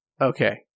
Okay